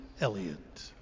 Elliott